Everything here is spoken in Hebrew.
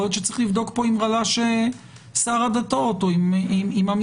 יכול להיות שצריך לבדוק פה עם רל"ש שר הדתות או עם המשרד,